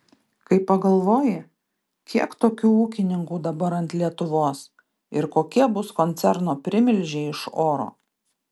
kai pagalvoji kiek tokių ūkininkų dabar ant lietuvos ir kokie bus koncerno primilžiai iš oro